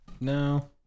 No